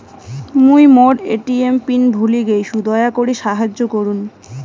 মুই মোর ATM pin ভুলে গেইসু, দয়া করি সাহাইয্য করুন